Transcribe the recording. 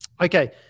Okay